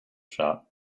shop